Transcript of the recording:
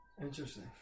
Interesting